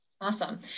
Awesome